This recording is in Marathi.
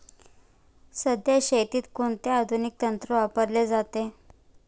सध्या शेतीत कोणते आधुनिक तंत्र वापरले जाते?